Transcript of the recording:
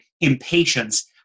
impatience